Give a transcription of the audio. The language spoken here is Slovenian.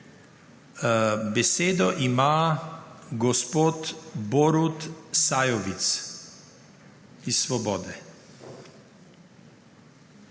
Besedo ima gospod Borut Sajovic iz Svobode.